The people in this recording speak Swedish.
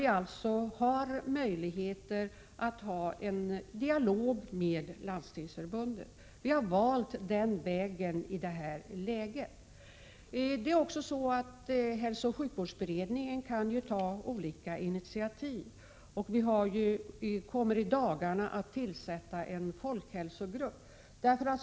Vi har där möjlighet att föra en dialog med Landstingsförbundet. Vi har således valt den vägen i det här läget. Hälsooch sjukvårdsberedningen kan ta olika initiativ. I dagarna kommer vi att tillsätta en folkhälsogrupp.